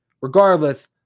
regardless